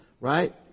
right